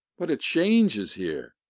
what a change is here!